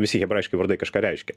visi hebrajiški vardai kažką reiškia